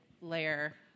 layer